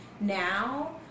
now